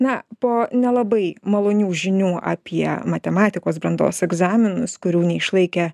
na po nelabai malonių žinių apie matematikos brandos egzaminus kurių neišlaikė